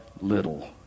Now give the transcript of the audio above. little